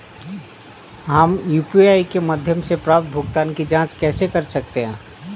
हम यू.पी.आई के माध्यम से प्राप्त भुगतान की जॉंच कैसे कर सकते हैं?